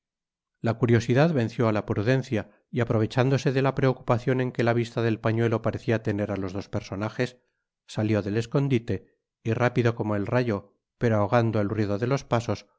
la curiosidad venció á la prudencia y aprovechándose de la preocupacion en que la vista del pañuelo parecía tener á los dos personajes salió del escondite y rápido como el rayo pero ahogando el ruido de los pasos fué